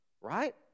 right